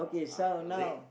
uh uh red